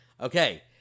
Okay